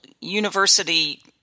university